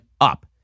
up